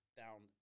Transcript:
down